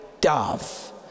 dove